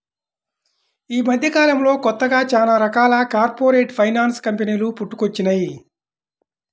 యీ మద్దెకాలంలో కొత్తగా చానా రకాల కార్పొరేట్ ఫైనాన్స్ కంపెనీలు పుట్టుకొచ్చినియ్యి